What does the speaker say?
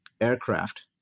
aircraft